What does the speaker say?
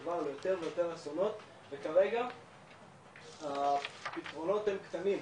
דבר ליותר ויותר אסונות וכרגע הפתרונות הם קטנים,